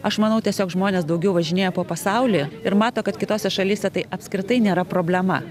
aš manau tiesiog žmonės daugiau važinėja po pasaulį ir mato kad kitose šalyse tai apskritai nėra problema